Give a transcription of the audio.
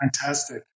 Fantastic